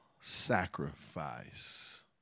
sacrifice